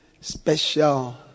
special